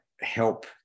help